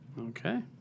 Okay